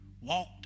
walked